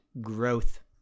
growth